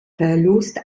verlust